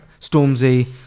Stormzy